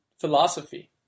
philosophy